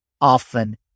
often